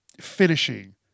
finishing